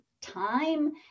time